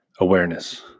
Awareness